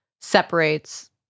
separates